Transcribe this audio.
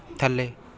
ਥੱਲੇ